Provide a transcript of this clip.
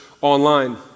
online